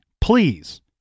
Please